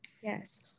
yes